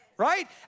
Right